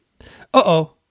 Uh-oh